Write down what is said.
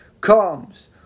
comes